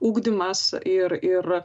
ugdymas ir ir